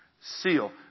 Seal